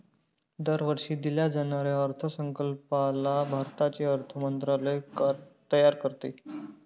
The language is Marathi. दरवर्षी दिल्या जाणाऱ्या अर्थसंकल्पाला भारताचे अर्थ मंत्रालय तयार करते